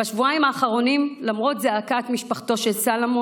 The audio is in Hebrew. בשבועיים האחרונים, למרות זעקת משפחתו של סלומון